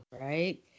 Right